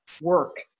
work